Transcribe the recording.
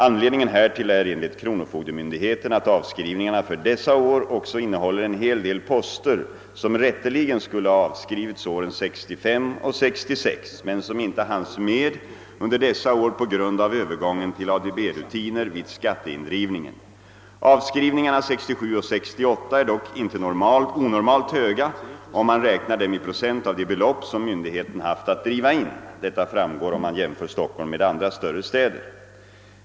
Anledningen härtill är enligt kronofogdemyndigheten att avskrivningarna för dessa år också innehåller en hel del poster som rätteligen skulle ha avskrivits åren 1965 och 1966, men som inte hanns med under dessa år på grund av övergången till ADB-rutiner vid skatteindrivningen. Avskrivningarna 1967 och 1968 är dock inte onormalt höga om man räknar dem i procent av de belopp som myndigheten haft att driva in. Detta framgår om man jämför Stockholm med andra större städer.